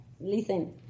Listen